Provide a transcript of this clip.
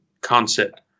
concept